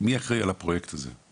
מי אחראי על הפרויקט הזה?